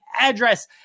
address